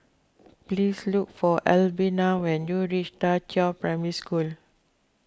please look for Albina when you reach Da Qiao Primary School